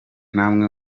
namwe